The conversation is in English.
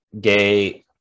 gay